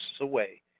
away